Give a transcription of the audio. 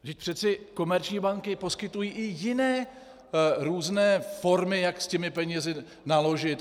Vždyť přeci komerční banky poskytují i jiné různé formy, jak s těmi penězi naložit.